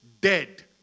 dead